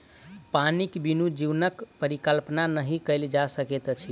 पानिक बिनु जीवनक परिकल्पना नहि कयल जा सकैत अछि